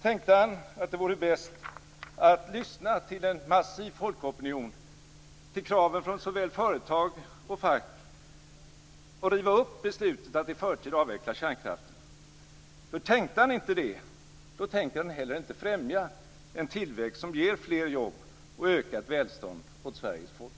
Tänkte han att det vore bäst att lyssna till en massiv folkopinion, till kraven från såväl företag som fack, och riva upp beslutet att i förtid avveckla kärnkraften? Tänkte han inte det, då tänker han inte heller främja en tillväxt som ger fler jobb och ökat välstånd åt Sveriges folk.